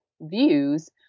views